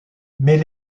mais